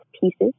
pieces